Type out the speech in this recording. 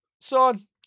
Son